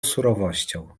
surowością